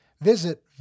visit